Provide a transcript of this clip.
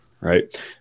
Right